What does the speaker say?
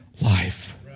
life